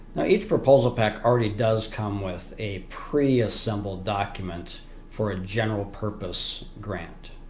now each proposal pack already does come with a preassembled document for a general purpose grant